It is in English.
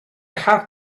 have